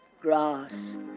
grass